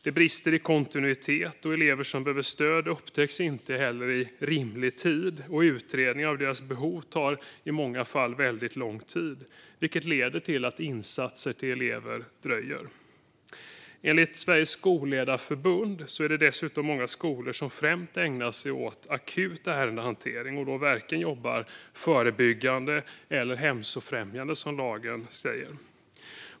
Det brister i kontinuitet, och elever som behöver stöd upptäcks inte heller i rimlig tid. Utredning av deras behov tar i många fall väldigt lång tid, vilket leder till att insatser till elever dröjer. Enligt Sveriges Skolledarförbund är det dessutom många skolor som främst ägnar sig åt akut ärendehantering och då varken jobbar förebyggande eller hälsofrämjande, som lagen säger.